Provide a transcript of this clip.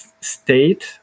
state